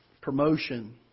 promotion